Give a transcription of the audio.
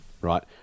Right